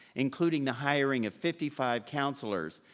including the hiring of fifty five counselors,